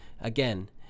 Again